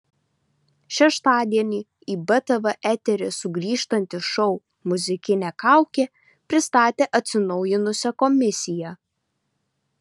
šeštadienį į btv eterį sugrįžtantis šou muzikinė kaukė pristatė atsinaujinusią komisiją